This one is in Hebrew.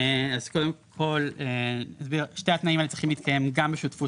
אז קודם כל שני התנאים האלה צריכים להתקיים גם בשותפות